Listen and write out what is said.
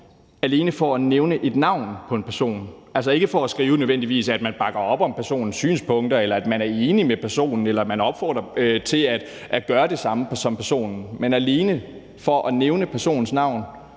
alene for at nævne et navn på en person – altså ikke nødvendigvis for at skrive, at man bakker op om personens synspunkter, eller at man er enig med personen, eller at man opfordrer til at gøre det samme som personen, men alene for at nævne personens navn,